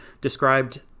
described